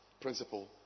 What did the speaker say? principle